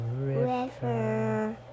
river